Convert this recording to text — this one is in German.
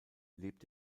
lebt